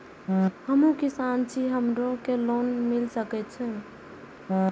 हमू किसान छी हमरो के लोन मिल सके छे?